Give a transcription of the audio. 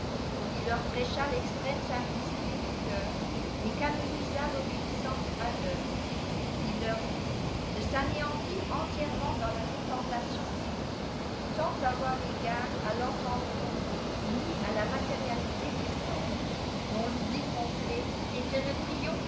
il leur prêcha teitrême simplicité du cœur et canonisa i'obéhsance aveitgu il leur dttde banéantir aniièrçment dans la coutemplalion divine aus avoir égard a tenieadement ni a la malériaiité des scns dont toubli complet éiait le